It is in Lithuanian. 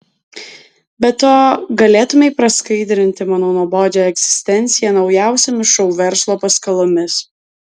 be to galėtumei praskaidrinti mano nuobodžią egzistenciją naujausiomis šou verslo paskalomis